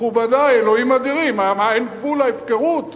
מכובדי, אלוהים אדירים, אין גבול להפקרות?